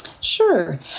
Sure